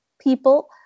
people